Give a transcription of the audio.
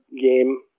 game